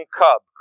cub